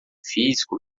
físico